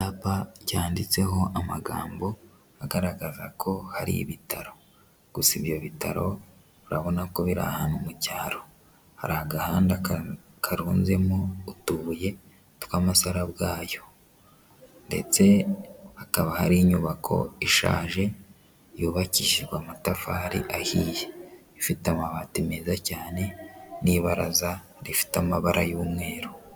Icyapa cyanyanditseho amagambo agaragaza ko hari ibitaro gusa ibyo bitaro, urabona ko biri ahantu mu cyaro. Hari agahanda karunzemo utubuye tw'amasarabwayo ndetse hakaba hari inyubako ishaje, yubakishijwe amatafari ahiye, ifite amabati meza cyane n'ibaraza rifite amabara y'umweru.